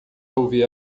ouvir